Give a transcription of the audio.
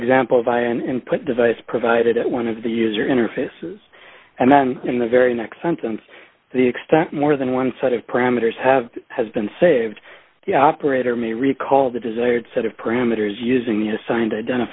example via an input device provided at one of the user interfaces and then in the very next sentence the extent more than one set of parameters have has been saved the operator may recall the desired set of parameters using the assign